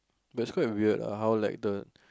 but it's quite weird lah how like the